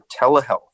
telehealth